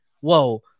whoa